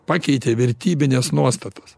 pakeitė vertybines nuostatas